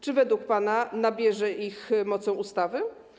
Czy według pana nabierze ich mocą ustawy?